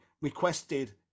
requested